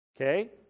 Okay